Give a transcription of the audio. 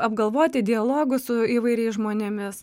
apgalvoti dialogus su įvairiais žmonėmis